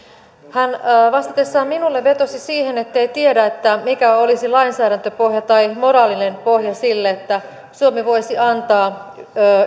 hän vastatessaan minulle vetosi siihen ettei tiedä mikä olisi lainsäädäntöpohja tai moraalinen pohja sille että suomi voisi antaa